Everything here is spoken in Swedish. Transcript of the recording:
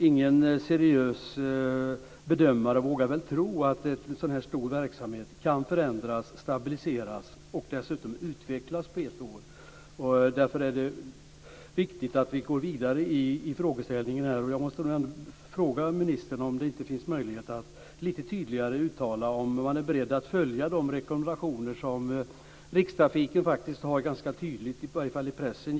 Ingen seriös bedömare vågar väl tro att en sådan här stor verksamhet kan förändras, stabiliseras och dessutom utvecklas på ett år. Därför är det viktigt att vi går vidare i frågeställningen. Jag måste fråga ministern om det inte finns möjlighet att lite tydligare uttala om man är beredd att följa de rekommendationer som Rikstrafiken ganska tydligt har gett uttryck för, i alla fall i pressen.